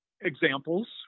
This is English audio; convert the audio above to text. examples